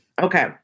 Okay